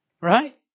right